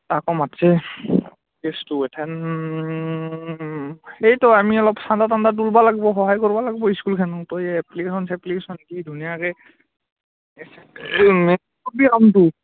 তাকো মাতছে কেছটো এথেন সেইতো আমি অলপ চান্দা তান্দা তুলবা লাগব সহায় কৰবা লাগব স্কুলখনো তয়ো এই এপ্লিকেশ্যন চেপ্লিকেশ্যন কি ধুনীয়াকৈ কবি আৰু কাৰণটো